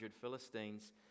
philistines